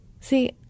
See